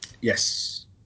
Yes